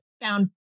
found